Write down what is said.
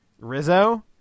rizzo